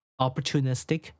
opportunistic